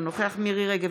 אינו נוכח מירי מרים רגב,